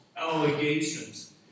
allegations